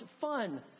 fun